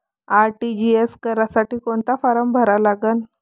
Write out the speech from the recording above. RTGS करासाठी कोंता form भरा लागन?